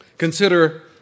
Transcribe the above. Consider